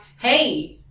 hey